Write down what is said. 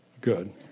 Good